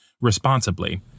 responsibly